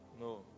No